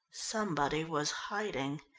somebody was hiding.